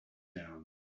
down